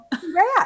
Congrats